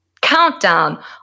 countdown